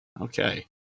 okay